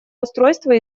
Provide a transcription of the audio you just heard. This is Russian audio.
устройства